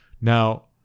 Now